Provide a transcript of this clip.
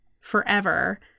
forever